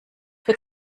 für